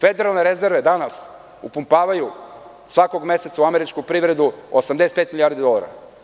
Federalne rezerve danas upumpavaju svakog meseca u američku privredu 85 milijardi dolara.